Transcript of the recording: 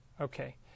Okay